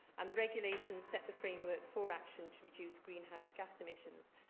and the regulations set the framework for action to reduce greenhouse gas emissions,